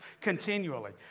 continually